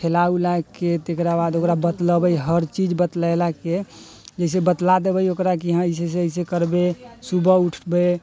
खेला उलाके तकरा बाद ओकरा बतलेबै हर चीज बतलेलाके जैसे बतला देबै ओकरा की हँ ऐसे सँ ऐसे करबे सुबह उठबे